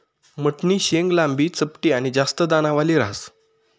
मठनी शेंग लांबी, चपटी आनी जास्त दानावाली ह्रास